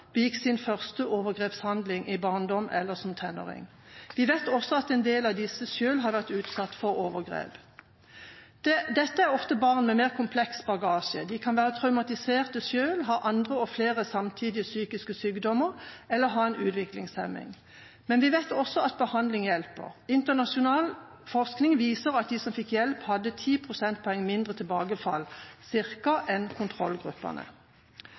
begikk sin første overgrepshandling i barndommen eller som tenåring. Vi vet også at en del av disse selv har vært utsatt for overgrep. Dette er ofte barn med mer kompleks bagasje. De kan være traumatiserte selv, ha andre og flere samtidige psykiske sykdommer eller ha en utviklingshemning. Men vi vet også at behandling hjelper. Internasjonal forskning viser at de som fikk hjelp, hadde ca. 10 prosentpoeng mindre tilbakefall enn